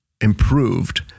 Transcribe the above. improved